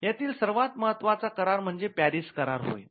यातील सर्वात महत्त्वाचा करार म्हणजे पॅरिस करार होय